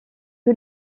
que